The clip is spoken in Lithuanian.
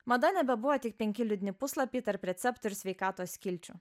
mada nebebuvo tik penki liūdni puslapiai tarp receptų ir sveikatos skilčių